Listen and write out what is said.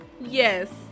Yes